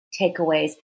takeaways